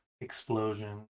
explosion